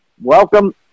welcome